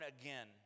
again